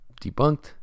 debunked